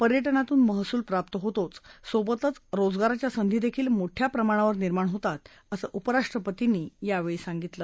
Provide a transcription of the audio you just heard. पर्यटनातून महसूल प्राप्त होतोच सोबतच रोजगाराच्या संधीही मोठ्या प्रमाणावर निर्माण होतात असं उपराष्ट्रपतींनी यावेळी सांगितलं